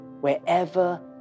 wherever